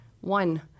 One